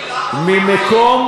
תסביר לי למה מים,